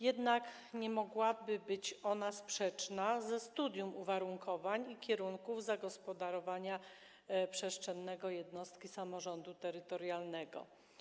Jednak nie mogłaby być ona sprzeczna ze studium uwarunkowań i kierunków zagospodarowania przestrzennego jednostki samorządu terytorialnego.